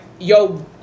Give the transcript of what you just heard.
yo